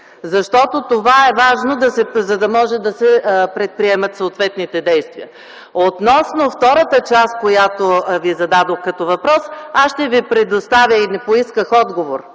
защото това е важно, за да може да се предприемат съответните действия. Относно втората част, която Ви зададох като въпрос и не поисках отговор,